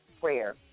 prayer